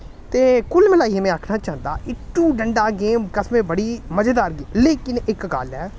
ते कुल मलाइयै में आखना चांह्दा इट्टु डंडा गेम कसम ऐ बड़ी मजेदार गेम ऐ लेकिन इक गल्ल ऐ